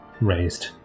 raised